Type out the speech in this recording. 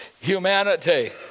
humanity